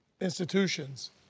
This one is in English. institutions